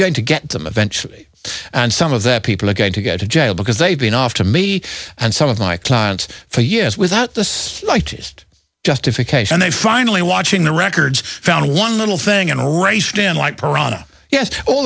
going to get them eventually and some of that people are going to go to jail because they've been off to me and some of my clients for years without the slightest justification they finally watching the records found one little thing and raced in like purana ye